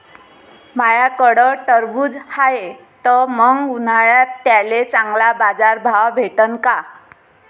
माह्याकडं टरबूज हाये त मंग उन्हाळ्यात त्याले चांगला बाजार भाव भेटन का?